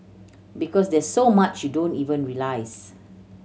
because there's so much don't even realise